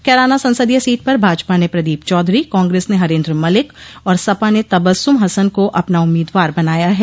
कैराना संसदीय सीट पर भाजपा ने प्रदीप चौधरी कांग्रेस ने हरेन्द्र मलिक और सपा ने तबस्स्म हसन को अपना उम्मीदवार बनाया है